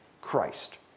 Christ